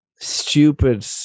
stupid